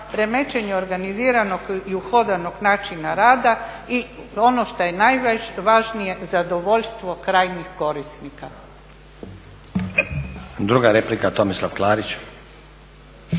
remećenje organiziranog i uhodanog načina rada i ono što je najvažnije zadovoljstvo krajnjih korisnika. **Stazić, Nenad (SDP)**